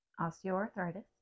osteoarthritis